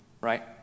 right